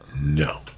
No